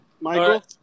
Michael